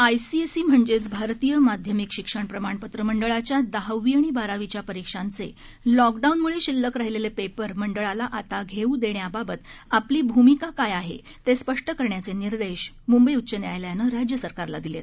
I C S E म्हणजेच भारतीय माध्यमिक शिक्षण प्रमाणपत्र मंडळाच्या दहावी आणि बारावीच्या परीक्षांचे लॉकडाऊनमुळे शिल्लक राहिले पेपर मंडळाला आता घेऊ देण्याबाबत आपली भूमिका काय आहे ते स्पष्ट करण्याचे निर्देश मुंबई उच्च न्यायालयानं राज्य सरकारला दिले आहेत